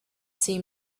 seem